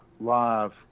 live